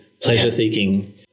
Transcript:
pleasure-seeking